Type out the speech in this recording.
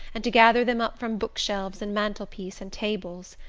and to gather them up from book-shelves and mantel-piece and tables.